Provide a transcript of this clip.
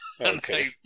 Okay